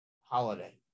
holiday